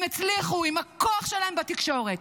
הם הצליחו עם הכוח שלהם בתקשורת,